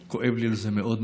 וכואב לי על זה מאוד,